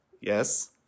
Yes